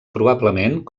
probablement